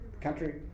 country